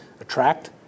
attract